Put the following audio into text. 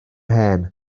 hen